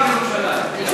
איש